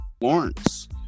Lawrence